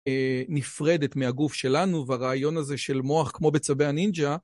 נפרדת מהגוף שלנו והרעיון הזה של מוח כמו בצבי הנינג'ה